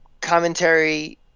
commentary